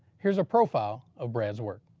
here is a profile of brad's work.